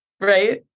right